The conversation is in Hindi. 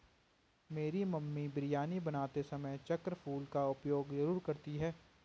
मेरी मम्मी बिरयानी बनाते समय चक्र फूल का उपयोग जरूर करती हैं